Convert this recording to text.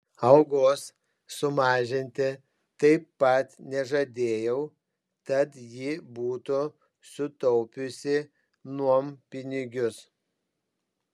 algos sumažinti taip pat nežadėjau tad ji būtų sutaupiusi nuompinigius